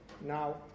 now